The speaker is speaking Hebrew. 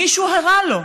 מישהו הרע לו.